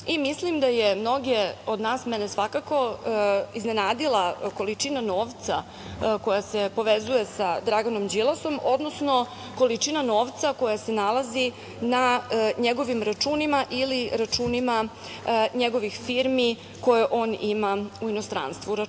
i mislim da je mnoge od nas, mene svakako, iznenadila količina novca koja se povezuje sa Draganom Đilasom, odnosno količina novca koja se nalazi na njegovim računima ili računima njegovih firmi koje on ima u inostranstvu.